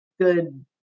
good